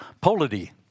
Polity